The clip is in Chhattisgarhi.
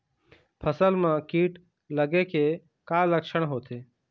फसल म कीट लगे के का लक्षण होथे?